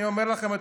אני אומר לכם,